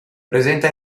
presenta